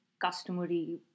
customary